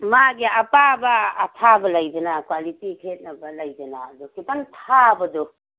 ꯃꯥꯒꯤ ꯑꯄꯥꯕ ꯑꯊꯥꯕ ꯂꯩꯗꯅ ꯀ꯭ꯋꯥꯂꯤꯇꯤ ꯈꯦꯅꯕ ꯂꯩꯗꯅ ꯑꯗꯨ ꯈꯤꯇꯪ ꯊꯥꯕꯗꯣ